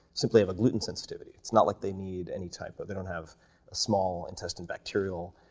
simply have a gluten sensitivity. it's not like they need any type of they don't have a small intestine bacterial